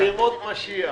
ימות משיח.